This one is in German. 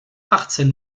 achtzehn